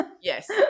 Yes